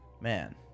Man